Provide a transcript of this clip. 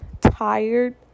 tired